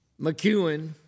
McEwen